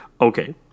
Okay